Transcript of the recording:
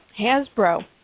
Hasbro